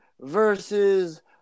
versus